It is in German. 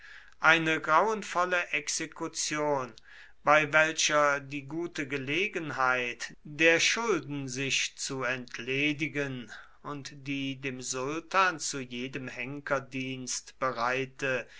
eine grauenvolle exekution bei welcher die gute gelegenheit der schulden sich zu entledigen und die dem sultan zu jedem henkerdienst bereite